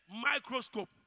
microscope